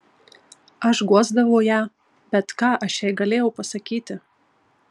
aš guosdavau ją bet ką aš jai galėjau pasakyti